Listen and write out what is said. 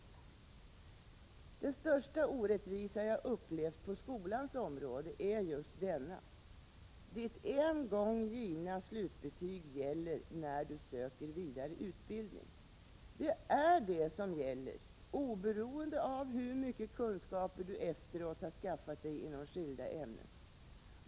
Den största orättvisa jag har upplevt på skolans område är just denna: Ditt en gång givna slutbetyg gäller när du söker vidare utbildning. Det är det som gäller, oberoende av hur mycket kunskap du efteråt skaffat dig inom skilda ämnen.